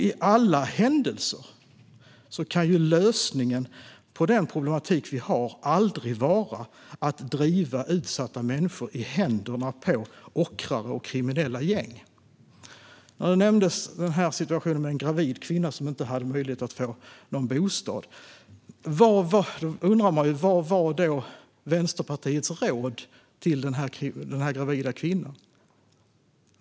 I alla händelser kan lösningen på den problematik vi har aldrig vara att driva utsatta människor i händerna på ockrare och kriminella gäng. Det talades om situationen med en gravid kvinna som inte hade möjlighet att få någon bostad. Då undrar man: Vad var Vänsterpartiets råd till den gravida kvinnan?